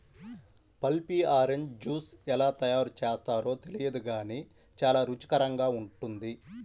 pulpy orange juice ఎలా తయారు చేస్తారో తెలియదు గానీ చాలా రుచికరంగా ఉంటుంది